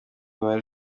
mibare